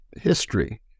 history